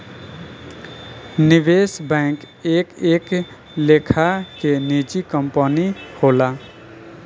निवेश बैंक एक एक लेखा के निजी कंपनी होला